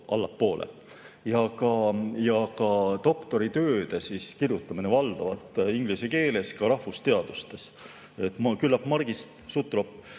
allapoole. Ja doktoritööde kirjutamine on valdavalt inglise keeles ka rahvusteadustes. Küllap Margit Sutrop